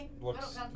looks